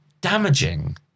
damaging